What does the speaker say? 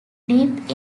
deep